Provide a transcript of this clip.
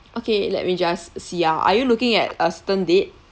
okay let me just see ah are you looking at a certain date